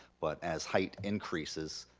but as height increases,